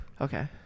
Okay